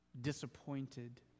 disappointed